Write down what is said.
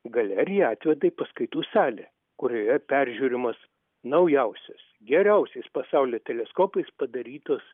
galeriją atveda į paskaitų salę kurioje peržiūrimos naujausios geriausiais pasaulio teleskopais padarytos